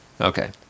okay